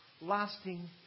lasting